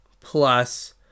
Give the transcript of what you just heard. plus